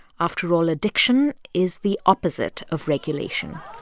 after all, addiction is the opposite of regulation